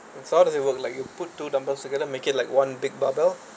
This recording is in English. and how does it work like you put two dumbbells together and make it like one big barbell